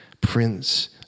Prince